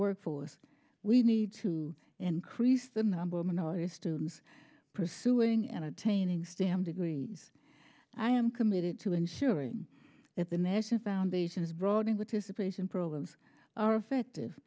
workforce we need to increase the number of minority students pursuing and obtaining stem degrees i am committed to ensuring that the national foundation is broadening which is a place and programs are effective